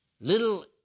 little